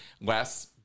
Less